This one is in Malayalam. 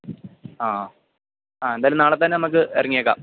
ആ ആ അ എന്തായാലും നാളെ തന്നെ നമുക്ക് ഇറങ്ങിയേക്കാം